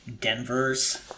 Denver's